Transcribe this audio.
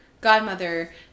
godmother